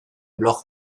blog